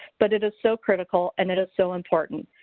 but it is so critical, and it is so important.